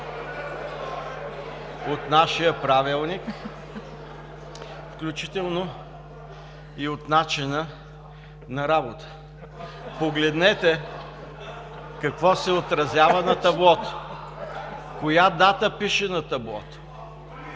от нашия Правилник, включително и от начина на работа. Погледнете какво се отразява на таблото. Коя дата пише на таблото?